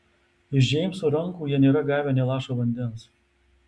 iš džeimso rankų jie nėra gavę nė lašo vandens